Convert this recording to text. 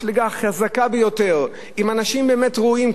מפלגה חזקה ביותר עם אנשים באמת ראויים,